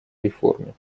реформе